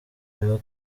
iba